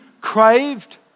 craved